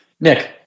Nick